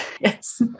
yes